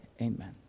amen